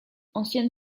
ancienne